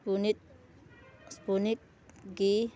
ꯁ꯭ꯄꯨꯠꯅꯤꯠ ꯁ꯭ꯄꯨꯠꯅꯤꯛꯀꯤ